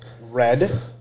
Red